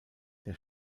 der